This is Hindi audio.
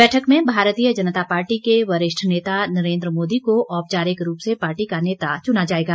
बैठक में भारतीय जनता पार्टी के वरिष्ठ नेता नरेन्द्र मोदी को औपचारिक रूप से पार्टी का नेता चुना जाएगा